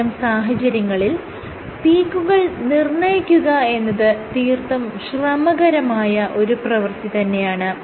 ഇത്തരം സാഹചര്യങ്ങളിൽ പീക്കുകൾ നിർണ്ണയിക്കുക എന്നത് തീർത്തും ശ്രമകരമായ ഒരു പ്രവൃത്തി തന്നെയാണ്